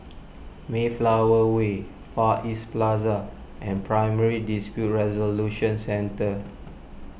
Mayflower Way Far East Plaza and Primary Dispute Resolution Centre